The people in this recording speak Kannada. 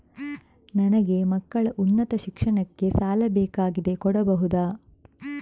ನನಗೆ ಮಕ್ಕಳ ಉನ್ನತ ಶಿಕ್ಷಣಕ್ಕೆ ಸಾಲ ಬೇಕಾಗಿದೆ ಕೊಡಬಹುದ?